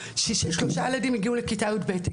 שלושה ילדים הגיעו לכיתה י"ב,